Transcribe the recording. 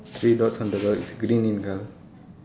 three dots on the right is green in colour